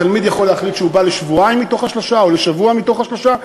תלמיד יכול להחליט שהוא בא לשבועיים מתוך השלושה או לשבוע מתוך השלושה,